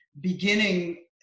beginning